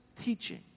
teaching